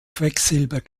quecksilber